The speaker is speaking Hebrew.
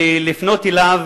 לפנות אליו